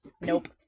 Nope